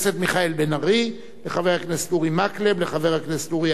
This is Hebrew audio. לחבר הכנסת אורי אריאל ולחבר הכנסת עמיר פרץ.